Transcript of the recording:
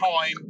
time